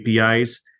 APIs